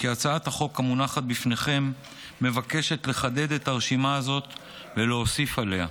כי הצעת החוק המונחת בפניכם מבקשת לחדד את הרשימה הזאת ולהוסיף עליה,